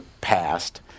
past